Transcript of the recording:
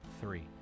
three